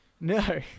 No